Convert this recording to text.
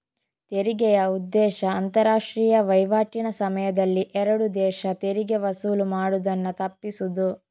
ತೆರಿಗೆಯ ಉದ್ದೇಶ ಅಂತಾರಾಷ್ಟ್ರೀಯ ವೈವಾಟಿನ ಸಮಯದಲ್ಲಿ ಎರಡು ದೇಶ ತೆರಿಗೆ ವಸೂಲು ಮಾಡುದನ್ನ ತಪ್ಪಿಸುದು